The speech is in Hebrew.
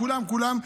כולם כולם.